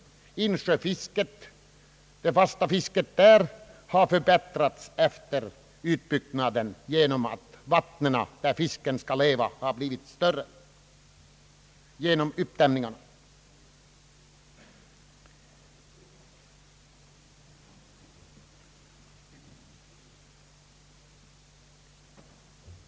Det fasta insjöfisket har förbättrats genom uppdämningarna som gett fisken större vatten att leva i.